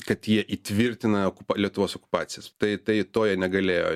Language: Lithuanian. kad jie įtvirtina lietuvos okupacijas tai tai to jie negalėjo